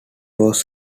was